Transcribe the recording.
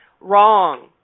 wrong